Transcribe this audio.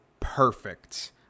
perfect